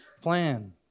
plan